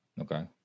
Okay